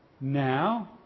now